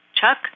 Chuck